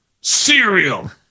cereal